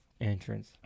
entrance